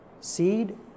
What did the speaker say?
Seed